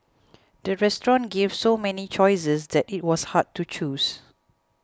the restaurant gave so many choices that it was hard to choose